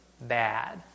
bad